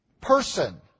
person